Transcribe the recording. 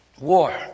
war